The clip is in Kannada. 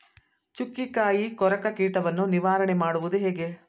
ಚುಕ್ಕಿಕಾಯಿ ಕೊರಕ ಕೀಟವನ್ನು ನಿವಾರಣೆ ಮಾಡುವುದು ಹೇಗೆ?